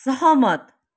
सहमत